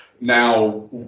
now